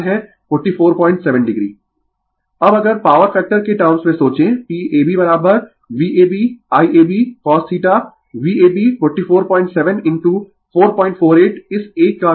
Refer slide Time 1428 अब अगर power factor के टर्म्स में सोचें pabVabIabcosθ Vab 447 इनटू 448 इस एक का cosine